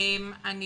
לירון אשל בבקשה.